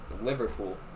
Liverpool